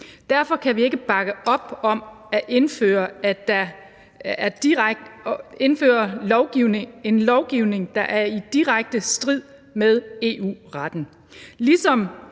Derfor kan vi ikke bakke op om at indføre en lovgivning, der er i direkte strid med EU-retten.